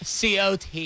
cot